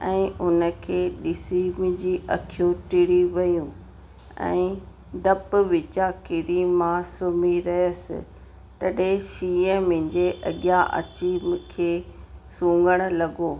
ऐं उन के ॾिसी मुंहिंजी अखियूं टिड़ी वियूं ऐं डपु विचां किरी मां सुम्हीं रहियसि तॾहिं शींहुं मुंहिंजे अॻियां अची मूंखे सूंघणु लॻो